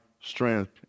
strength